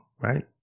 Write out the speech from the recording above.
right